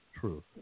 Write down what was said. truth